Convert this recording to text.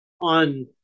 on